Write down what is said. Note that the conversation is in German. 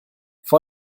vor